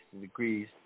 degrees